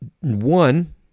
one